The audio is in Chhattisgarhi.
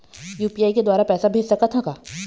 यू.पी.आई के द्वारा पैसा भेज सकत ह का?